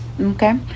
Okay